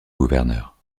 gouverneur